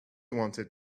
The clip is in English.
wanted